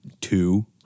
two